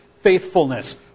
faithfulness